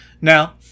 Now